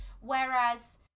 whereas